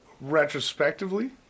retrospectively